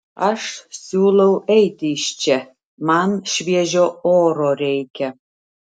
aš siūlau eiti iš čia man šviežio oro reikia